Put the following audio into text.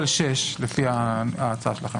שש שנים, לפי ההצעה שלכם.